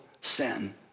sin